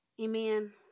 Amen